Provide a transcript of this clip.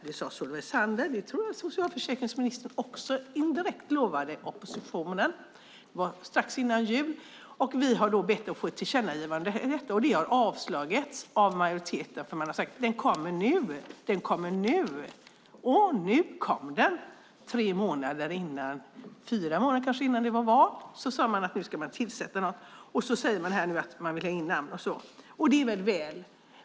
Det sade Solveig Zander, och jag tror att socialförsäkringsministern också indirekt lovade oppositionen det. Det var strax före jul. Vi har bett att få ett tillkännagivande om detta. Det har avslagits av majoriteten, och man har sagt att den kommer nu. Och nu kom den tre eller fyra månader före valet. Nu säger man att man vill ha in namn. Det är bra.